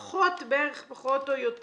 פחות, בערך פחות או יותר